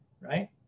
right